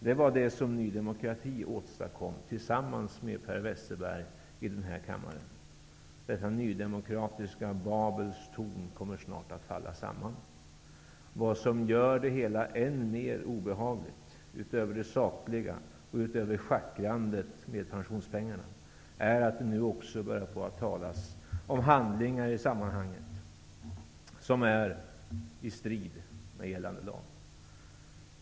Det var det som Ny demokrati åstadkom tillsammans med Per Westerberg i den här kammaren. Detta nydemokratiska Babels torn kommer snart att falla samman. Vad som gör det hela än mer obehagligt, utöver det sakliga, utöver schackrandet med pensionspengarna, är att det nu också börjar talas om handlingar som är i strid med gällande lag.